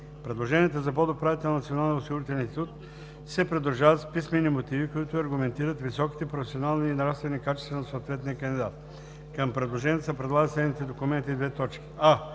Предложенията за подуправител на Националния осигурителен институт се придружават с писмени мотиви, които аргументират високите професионални и нравствени качества на съответния кандидат. Към предложението се прилагат следните документи: а)